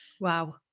Wow